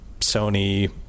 sony